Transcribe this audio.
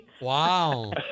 Wow